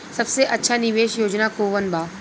सबसे अच्छा निवेस योजना कोवन बा?